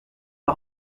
l’a